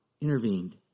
intervened